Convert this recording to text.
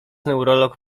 neurolog